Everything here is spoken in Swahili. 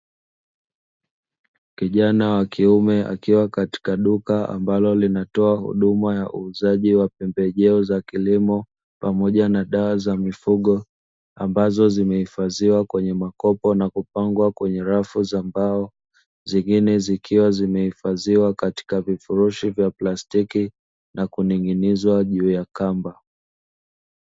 Kijana wa kiume, akiwa katika duka ambalo linatoa huduma ya uuzaji wa pembejeo za kilimo pamoja na dawa za mifugo, ambazo zimehifadhiwa kwenye makopo na kupangwa kwenye rafu za mbao, zingine zikiwa zimehifadhiwa katika vifurushi vya plastiki na kuning'inizwa juu ya kamba.